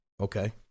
Okay